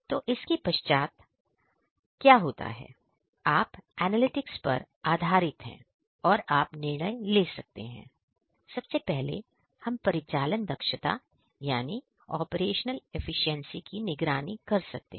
तो इसके पश्चात क्या होता है आप एनालिटिक्स पर आधारित हैं और आप निर्णय ले सकते हैं सबसे पहले हम परिचालन दक्षता की निगरानी कर सकते हैं